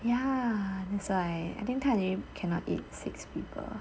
ya that's why I think 探鱼 cannot eat six people